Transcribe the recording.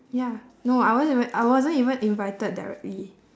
ya no I wasn't even I wasn't even invited directly